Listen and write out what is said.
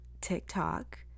TikTok